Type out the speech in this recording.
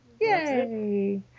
yay